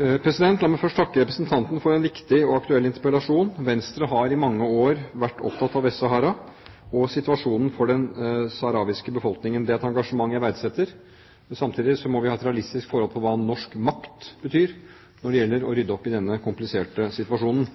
La meg først takke representanten for en viktig og aktuell interpellasjon. Venstre har i mange år vært opptatt av Vest-Sahara og situasjonen for den sahrawiske befolkningen. Det er et engasjement jeg verdsetter, men samtidig må vi ha et realistisk forhold til hva norsk makt betyr når det gjelder å rydde opp i denne kompliserte situasjonen.